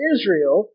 Israel